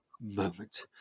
moment